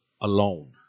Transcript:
alone